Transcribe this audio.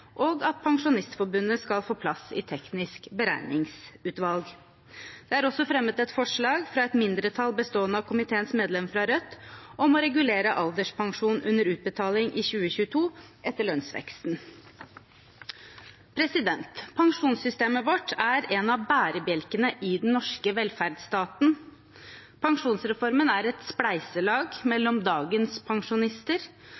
at Pensjonistforbundet skal få plass i det tekniske beregningsutvalget Det er også fremmet et forslag fra et mindretall bestående av komiteens medlem fra Rødt, om å regulere alderspensjon under utbetaling i 2022 etter lønnsveksten. Pensjonssystemet vårt er en av bærebjelkene i den norske velferdsstaten. Pensjonsreformen er et spleiselag